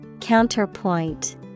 Counterpoint